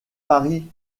paris